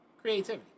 Creativity